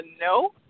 no